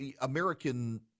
American